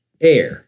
air